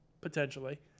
potentially